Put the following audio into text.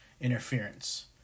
interference